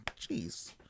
Jeez